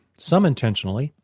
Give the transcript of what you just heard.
some intentionally,